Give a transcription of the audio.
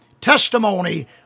testimony